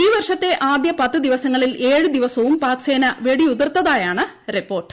ഈ വർഷത്തെ ആദ്യ പത്തു ദിവസങ്ങളിൽ ഏഴു ദിവസവും പാക് സേന വെടിയുതിർത്തതായാണ് റിപ്പോർട്ട്